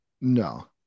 No